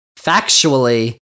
factually